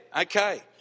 Okay